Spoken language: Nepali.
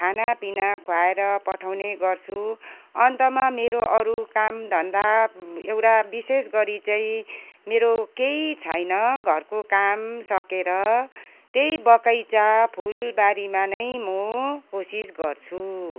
खानापिना खुवाएर पठाउने गर्छु अन्तमा मेरो अरू कामधन्दा एउटा विशेष गरी चाहिँ मेरो केही छैन घरको काम सकेर त्यही बगैँचा फुलबारीमा नै म कोसिस गर्छु